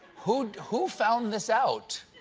who who found this out?